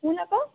শুন আকৌ